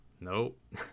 nope